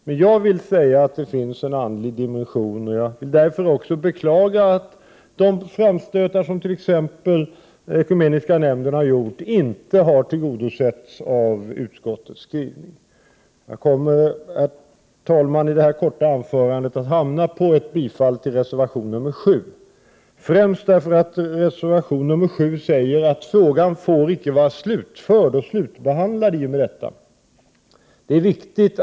53 Men det finns en andlig dimension, och jag beklagar därför att de framstötar som t.ex. den ekumeniska nämnden har gjort inte har tillgodosetts i utskottets skrivning. Herr talman! Detta korta anförande mynnar ut i ett bifall till reservation nr 7. Det beror främst på det skälet att man i reservation 7 säger att frågan icke får vara slutförd och slutbehandlad i och med denna lagändring.